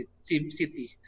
City